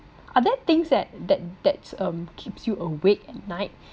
are there things that that that um keeps you awake at night